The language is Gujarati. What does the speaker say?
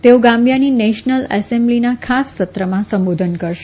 તેઓ ગામ્બીયાની નેશનલ એસેમ્બલીના ખાસ સત્રમાં સંબોધન કરશે